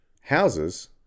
houses